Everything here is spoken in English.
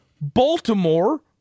Baltimore